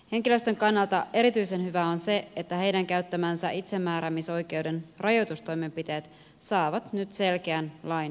henkilöstön kannalta erityisen hyvää on se että heidän käyttämänsä itsemääräämisoikeuden rajoitustoimenpiteet saavat nyt selkeän lain selkänojan